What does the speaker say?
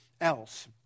else